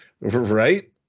Right